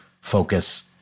focus